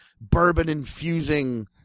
bourbon-infusing